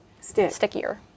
stickier